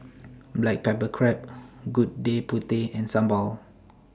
Black Pepper Crab Gudeg Putih and Sambal